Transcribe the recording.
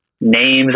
names